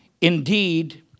Indeed